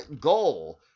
goal